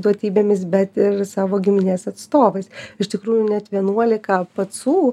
duotybėmis bet ir savo giminės atstovais iš tikrųjų net vienuolika pacų